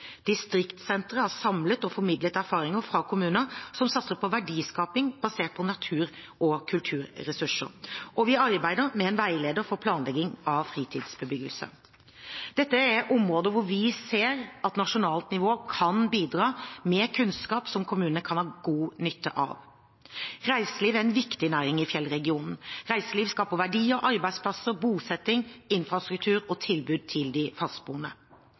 Distriktssenteret har samlet og formidlet erfaringer fra kommuner som satser på verdiskaping basert på natur- og kulturressurser. Vi arbeider med en veileder for planlegging av fritidsbebyggelse. Dette er områder hvor vi ser at nasjonalt nivå kan bidra med kunnskap som kommunene kan ha god nytte av. Reiseliv er en viktig næring i fjellregionen. Reiseliv skaper verdier, arbeidsplasser, bosetting, infrastruktur og tilbud til de fastboende.